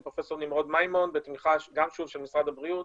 עם פרופ' נמרוד מימון שוב בתמיכה של משרד הבריאות